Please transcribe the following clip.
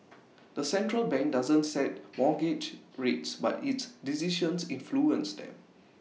the central bank doesn't set mortgage rates but its decisions influence them